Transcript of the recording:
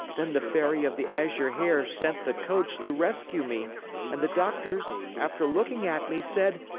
then the fairy of the azure hair sent the coach to rescue me and the doctors, after looking at me, said,